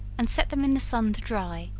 and set them in the sun to dry,